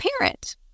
parent